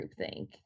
groupthink